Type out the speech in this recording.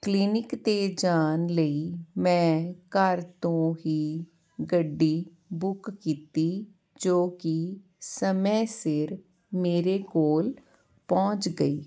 clinic 'ਤੇ ਜਾਣ ਲਈ ਮੈਂ ਘਰ ਤੋਂ ਹੀ ਗੱਡੀ ਬੁੱਕ ਕੀਤੀ ਜੋ ਕਿ ਸਮੇਂ ਸਿਰ ਮੇਰੇ ਕੋਲ ਪਹੁੰਚ ਗਈ